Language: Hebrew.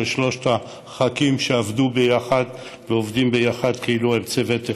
של שלושת הח"כים שעבדו ביחד ועובדים ביחד כאילו הם צוות אחד,